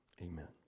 Amen